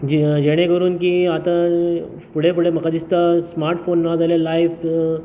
जी हा जेणे करुन की आता फुडें फुडें म्हाका दिसता स्मार्टफोन ना जाल्यार लायफ